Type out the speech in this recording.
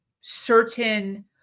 certain